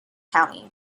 county